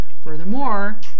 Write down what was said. Furthermore